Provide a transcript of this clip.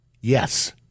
Yes